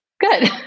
Good